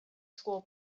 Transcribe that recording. school